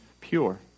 pure